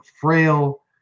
frail